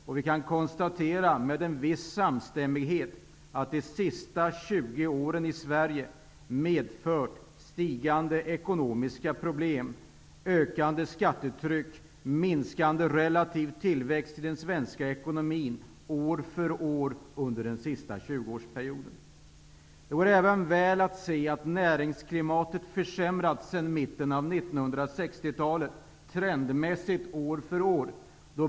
Med en viss samstämmighet kan vi konstatera att de senaste 20 åren i Sverige har medfört stigande ekonomiska problem, ökande skattetryck, minskande relativ tillväxt i den svenska ekonomin år för år. Man ser också tydligt att näringsklimatet trendmässigt har försämrats år från år sedan mitten av 1960-talet.